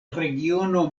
regiono